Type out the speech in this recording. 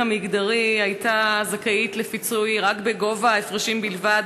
מגדרי הייתה זכאית לפיצוי בגובה ההפרשים בלבד,